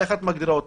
איך את מגדירה אותם?